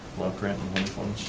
block grant and